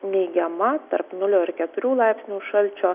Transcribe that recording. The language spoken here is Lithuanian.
neigiama tarp nulio ir keturių laipsnių šalčio